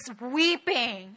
weeping